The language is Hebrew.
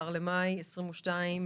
ה-11 במאי 2022,